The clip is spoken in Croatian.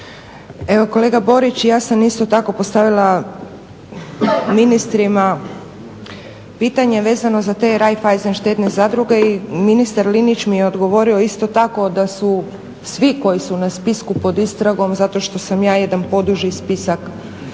Evo kolega Borić, ja sam isto tako postavila ministrima pitanje vezano za te Raiffeisen štedne zadruge i ministar Linić mi je odgovorio isto tako da su svi koji su na spisku pod istragom zato što sam ja jedan poduži spisak